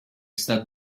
said